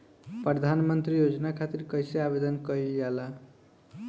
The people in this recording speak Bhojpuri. प्रधानमंत्री योजना खातिर कइसे आवेदन कइल जाला?